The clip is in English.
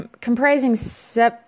comprising